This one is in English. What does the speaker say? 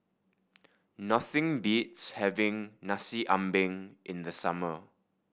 nothing beats having Nasi Ambeng in the summer